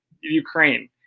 Ukraine